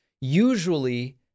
Usually